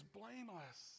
blameless